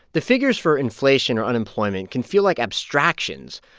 the figures for inflation or unemployment can feel like abstractions.